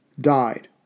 died